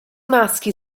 maschi